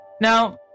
Now